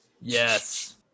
Yes